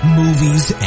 movies